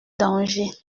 dangers